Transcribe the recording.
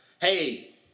hey